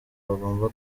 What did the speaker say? bagomba